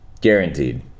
Guaranteed